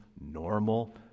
normal